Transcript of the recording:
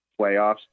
playoffs